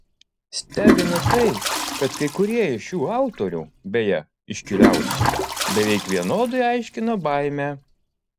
stebina tai kad kai kurie iš šių autorių beje iškiliausi beveik vienodai aiškina baimę